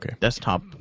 desktop